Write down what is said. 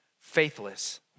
faithless